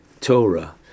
Torah